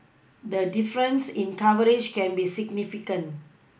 the difference in coverage can be significant